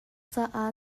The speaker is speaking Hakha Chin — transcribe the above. caah